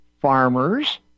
farmers